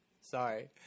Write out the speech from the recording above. Sorry